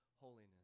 holiness